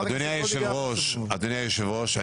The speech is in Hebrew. אדוני היושב-ראש,